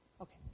Okay